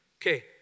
Okay